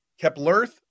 Keplerth